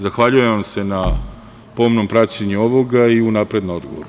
Zahvaljujem vam se na pomnom praćenju ovoga i unapred na odgovoru.